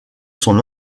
son